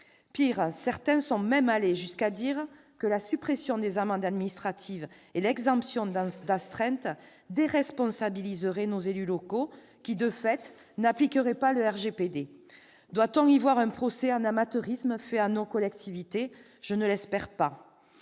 Pis, certains sont même allés jusqu'à dire que la suppression des amendes administratives et l'exemption d'astreinte déresponsabiliseraient nos élus locaux, qui, de fait, n'appliqueraient pas le RGPD ! Doit-on y voir un procès en amateurisme fait à nos collectivités ? Je ne l'espère pas.